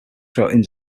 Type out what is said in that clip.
throughout